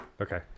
Okay